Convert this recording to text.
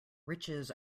riches